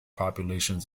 populations